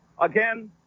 Again